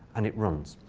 and it runs.